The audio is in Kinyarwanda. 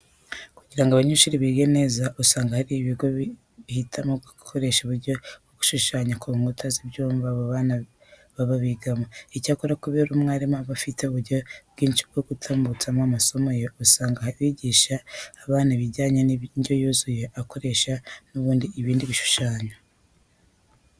Kugira ngo abanyeshuri bige neza usanga hari ibigo bihitamo gukoresha uburyo bwo gushushanya ku nkuta z'ibyumba abo bana baba bigaho. Icyakora kubera ko umwarimu aba afite uburyo bwinshi bwo gutambutsamo amasomo ye, usanga yigisha abana ibijyanye n'indyo yuzuye akoresheje n'ubundi ibi bishushanyo.